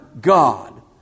God